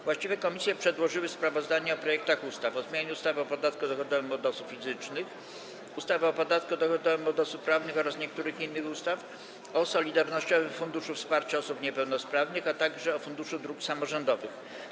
Właściwe komisje przedłożyły sprawozdania o projektach ustaw: - o zmianie ustawy o podatku dochodowym od osób fizycznych, ustawy o podatku dochodowym od osób prawnych oraz niektórych innych ustaw, - o Solidarnościowym Funduszu Wsparcia Osób Niepełnosprawnych, - o Funduszu Dróg Samorządowych.